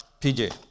PJ